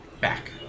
Back